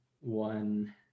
one